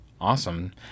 awesome